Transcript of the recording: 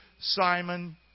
Simon